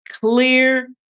clear